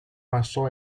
passò